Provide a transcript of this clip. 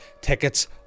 Tickets